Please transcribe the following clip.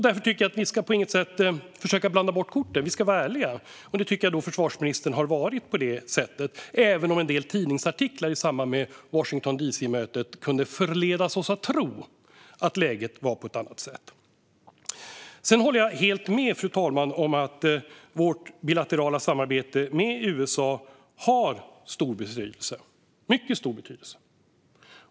Därför tycker jag att vi inte ska försöka blanda bort korten. Vi ska vara ärliga. Det tycker jag också att försvarsministern har varit, även om en del tidningsartiklar i samband med mötet i Washington DC kunde förleda oss att tro att läget såg annorlunda ut. Sedan håller jag helt med om att vårt bilaterala samarbete med USA har stor betydelse, fru talman. Det har mycket stor betydelse.